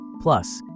Plus